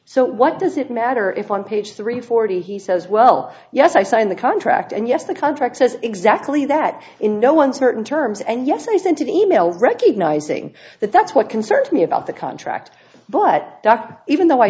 so what does it matter if on page three forty he says well yes i signed the contract and yes the contract says exactly that in no uncertain terms and yes i sent an email recognizing that that's what concerns me about the contract but dr even though i